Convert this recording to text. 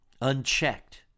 unchecked